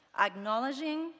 Acknowledging